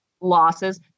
losses